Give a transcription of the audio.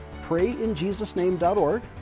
PrayInJesusName.org